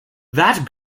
that